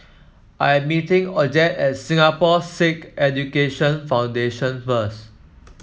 I am meeting Odette at Singapore Sikh Education Foundation first